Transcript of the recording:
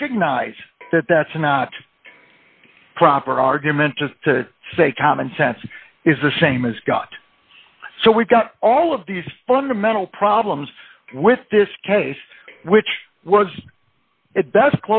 recognize that that's not proper argument just to say common sense is the same as got so we've got all of these fundamental problems with this case which was at best